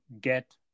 get